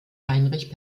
heinrich